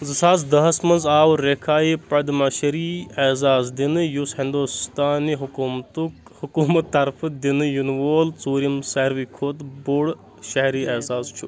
زٕ ساس دَہَس منٛز آو ریٚکھایہِ پَدماشَری ایزاز دِنہٕ یُس ہِندوستَانہِ حکوٗمَتُک حکوٗمت طرفہٕ دِنہٕ یِنہٕ وول ژوٗرِم ساروٕے کھۄتہٕ بوٚڈ شہری ایزاز چھُ